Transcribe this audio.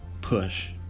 push